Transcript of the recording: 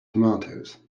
tomatoes